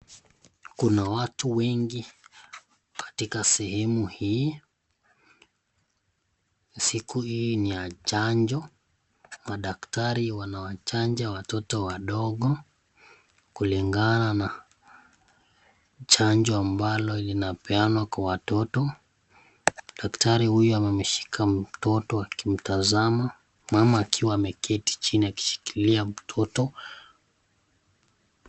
Kuna watu wengi katika sehemu hii. Siku hii ni ya chanjo. Madaktari wanawachanja watoto wadogo kulingana na chanjo ambalo linapeanwa kwa watoto. Daktari huyu amemshika mtoto akimtazama mama akiwa ameketi chini akishikilia mtoto.